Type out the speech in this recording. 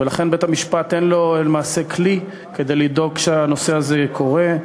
ולכן בית-המשפט אין לו למעשה כלי לדאוג שהדבר הזה קורה.